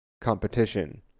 competition